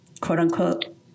quote-unquote